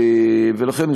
ולכן,